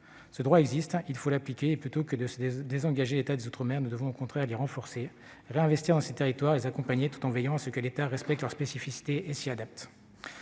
Ce droit existe ; il faut l'appliquer. Au lieu de désengager l'État des outre-mer, nous devons au contraire l'y renforcer, réinvestir dans ces territoires et les accompagner tout en veillant à ce que celui-ci respecte leurs spécificités et s'y adapte.